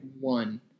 one